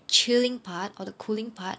chilling part or the cooling part